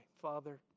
Father